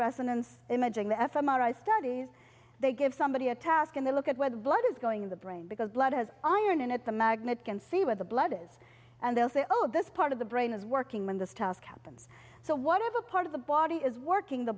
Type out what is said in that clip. resonance imaging the f m r i studies they give somebody a task and they look at where the blood is going in the brain because blood has iron and at the magnet can see where the blood is and they'll say oh this part of the brain is working when this task happens so whatever part of the body is working the